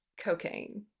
cocaine